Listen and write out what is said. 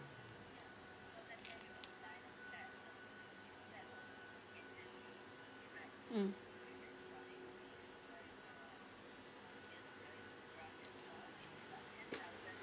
mm